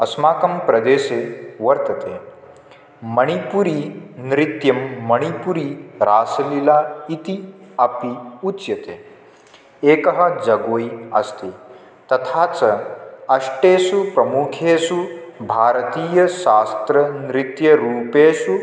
अस्माकं प्रदेशे वर्तते मणिपुरिनृत्यं मणिपुरि रासलीला इति अपि उच्यते एकं जगोय् अस्ति तथा च अष्टेषु प्रमुखेषु भारतीयशास्त्रनृत्यरूपेषु